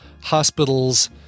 hospitals